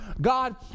God